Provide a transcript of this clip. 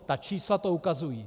Ta čísla to ukazují.